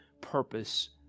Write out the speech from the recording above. purpose